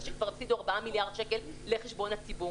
שכבר הפסידו 4 מיליארד שקל לחשבון הציבור.